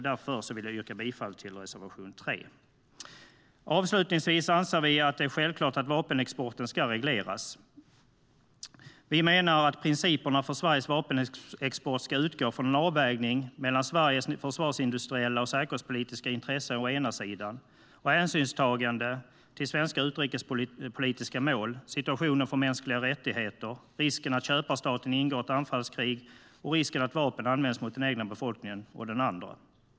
Därför yrkar jag bifall till reservation 3. Avslutningsvis anser vi att det är självklart att vapenexporten ska regleras. Vi menar att principerna för Sveriges vapenexport ska utgå från en avvägning mellan Sveriges försvarsindustriella och säkerhetspolitiska intressen å ena sidan, och hänsynstagande till svenska utrikespolitiska mål, situationen för mänskliga rättigheter, risken att köparstaten ingår ett anfallskrig och risken att vapnen används mot den egna befolkningen å den andra.